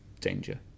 danger